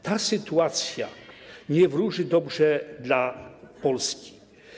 Ta sytuacja nie wróży dobrze dla Polski.